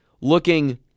looking